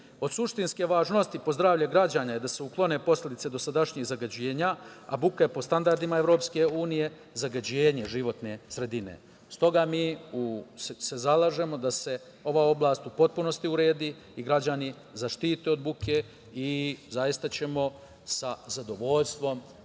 Od suštinske važnosti po zdravlje građana je da se uklone posledice dosadašnjih zagađenja, a buka je po standardima EU zagađenje životne sredine. Stoga mi se zalažemo da se ova oblast u potpunosti uredi i građani zaštite od buke i zaista ćemo sa zadovoljstvom